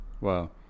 Wow